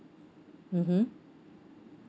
mmhmm